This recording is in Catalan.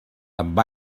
amb